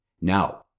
Now